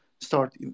start